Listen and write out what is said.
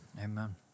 Amen